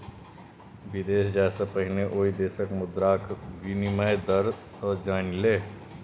विदेश जाय सँ पहिने ओहि देशक मुद्राक विनिमय दर तँ जानि ले